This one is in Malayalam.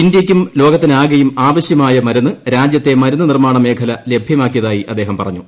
ഇന്ത്യക്കും ലോകത്തിനാകെയും ആവശ്യമായ മരുന്ന് രാജ്യത്തെ മരുന്ന് നിർമ്മാണ മേഖല ലഭൃമാക്കിയതായി അദ്ദേഹം പറഞ്ഞു